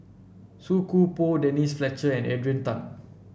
Song Koon Poh Denise Fletcher and Adrian Tan